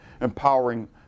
empowering